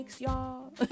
y'all